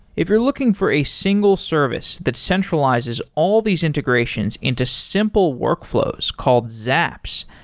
if you're looking for a single service that centralizes all these integrations into simple workflows called zaps,